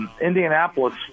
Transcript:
Indianapolis